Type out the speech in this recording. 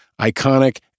iconic